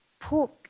pork